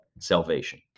salvation